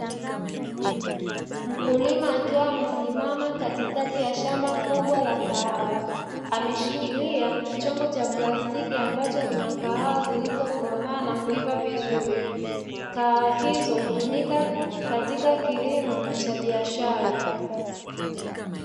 Mkulima akiwa amesimama katikati ya shamba kubwa la kahawa. Ameshikilia chombo cha plastiki ambacho kina kahawa zilizokomaa na kuiva vizuri. Kahawa hizo hutumika katika kilimo cha biashara.